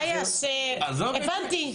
הבנתי.